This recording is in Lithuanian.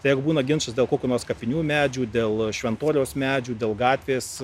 tegu būna ginčas dėl kokių nors kapinių medžių dėl šventoriaus medžių dėl gatvės